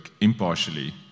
impartially